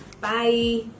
Bye